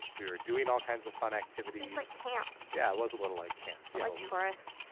we were doing all kinds of fun activities like camp. yeah it was a little like camp like tourist.